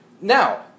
Now